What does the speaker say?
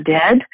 dead